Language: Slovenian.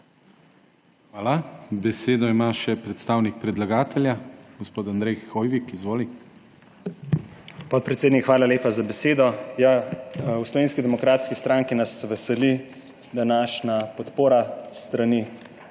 Hvala. Besedo ima še predstavnik predlagatelja gospod Andrej Hoivik. Izvoli. ANDREJ HOIVIK (PS SDS): Podpredsednik, hvala lepa za besedo. V Slovenski demokratski stranki nas veseli današnja podpora s strani